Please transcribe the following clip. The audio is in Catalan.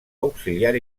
auxiliar